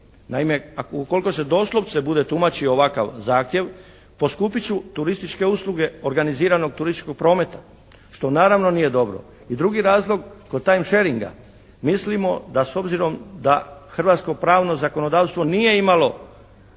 Naime, ukoliko se doslovce bude tumačio ovaj zahtjev poskupit će turističke usluge organiziranog turističkog prometa što naravno nije dobro. I drugi razlog kod time sharinga, mislimo da s obzirom da hrvatsko pravno zakonodavstvo nije imalo